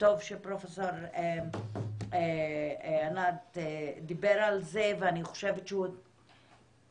טוב שפרופ' עינת דיבר על זה ואני חושבת שהוא הצליח